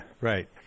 right